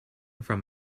from